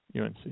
UNC